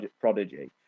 prodigy